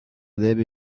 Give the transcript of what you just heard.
debe